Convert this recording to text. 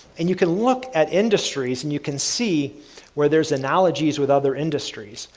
and you can look at industries and you can see where there's analogies with other industries.